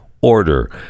order